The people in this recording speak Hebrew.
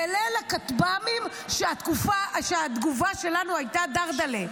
בליל הכטב"מים, כשהתגובה שלנו הייתה דרדל'ה.